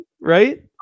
right